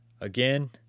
again